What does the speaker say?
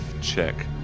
check